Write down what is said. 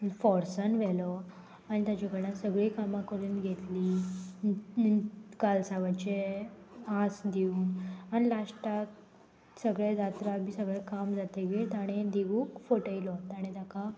फोर्सान व्हेलो आनी ताचे कडल्यान सगळीं कामां करून घेतली कालसावाचे आस दिव आनी लास्टाक सगळे जात्रा बी सगळे काम जातकीर ताणें दिगूक फटयलो ताणें तेका